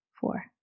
four